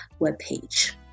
webpage